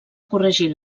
corregir